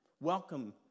Welcome